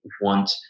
want